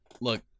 look